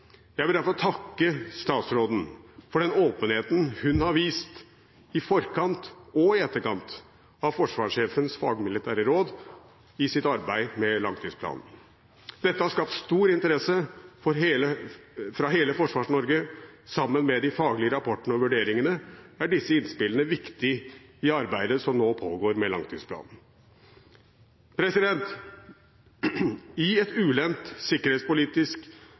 Jeg vil derfor takke statsråden for den åpenheten hun har vist i forkant – og i etterkant – av forsvarssjefens fagmilitære råd i sitt arbeid med langtidsplanen. Dette har skapt stor interesse fra hele Forsvars-Norge. Sammen med de faglige rapportene og vurderingene er disse innspillene viktige i arbeidet som nå pågår med langtidsplanen. I et ulendt sikkerhetspolitisk